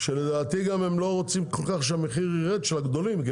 לדעתי הן גם לא רוצות שהמחיר של הספקים הגדולים ירד,